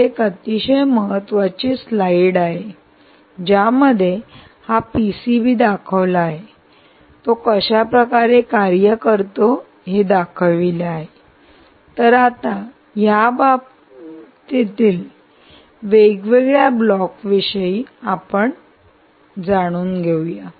ही एक अतिशय महत्वाची स्लाइड आहे ज्यामध्ये हा पीसीबी दाखविला आहे तो कशा प्रकारे कार्य करतो हे दाखविले आहे तर आता यामधील वेगवेगळ्या ब्लॉक विषयी जाणून घेऊया